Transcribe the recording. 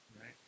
right